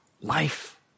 Life